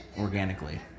organically